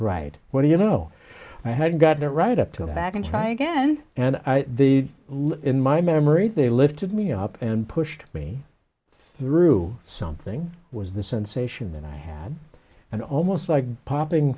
right where you know i hadn't gotten it right up to the back and try again and the look in my memory they lifted me up and pushed me through something was the sensation that i had and almost like popping